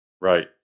Right